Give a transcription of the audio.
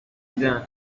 dan